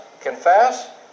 confess